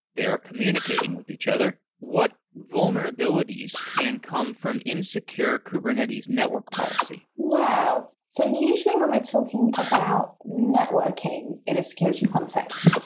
they are communicating with each other. what vulnerabilities can come from insecure kubernetes network policy? wow! so usually when we're talking about networking in a security context,